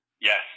Yes